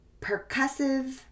percussive